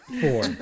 four